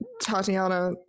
Tatiana